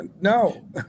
No